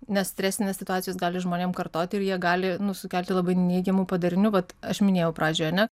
nes stresinės situacijos gali žmonėm kartoti ir jie gali nu sukelti labai neigiamų padarinių vat aš minėjau pradžioje ar ne